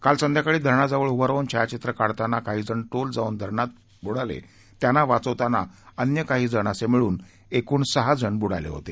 काल सायंकाळी धरणाजवळ उभं राहन छायाचित्र काढताना काही जण तोल जाऊन धरणात पडले त्यांना वाचविताना अन्य काही जण असे एकूण सहा जण ब्डाले होते